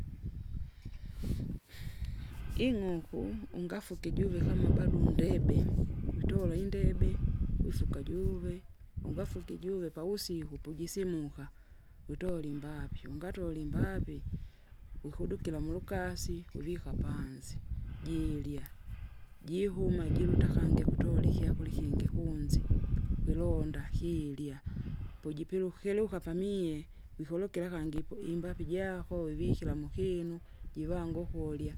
. ing'uku ungafuke ijuve kama bado undeb, witola indebe, usuka juve, ungafuki ijuve pavusiku pujisimuka, utole imbaapi ungatola imbaapi, ukudukira mulukasi uvika panzi, jiirya, jivuma jiruta kangi ikutola ikyakura ikingi kuunze, ukilonda hiirya, pojipile ukiruka pamie, wikurukira kangi ipo- imbapi jako wivikira muhinu. Jivange ukurya,